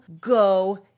go